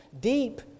deep